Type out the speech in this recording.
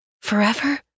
Forever